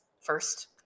first